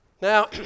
Now